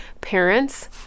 parents